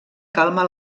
calma